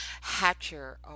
Hatcher